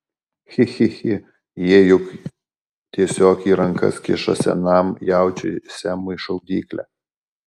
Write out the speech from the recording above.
chi chi chi jie juk tiesiog į rankas kiša senam jaučiui semui šaudyklę